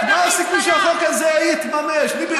הסיכוי שמי שתומך בחיזבאללה יהיה יושב-ראש, שלך?